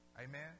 Amen